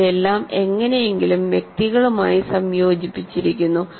അവയെല്ലാം എങ്ങനെയെങ്കിലും വ്യക്തികളുമായി സംയോജിപ്പിച്ചിരിക്കുന്നു